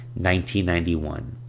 1991